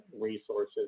resources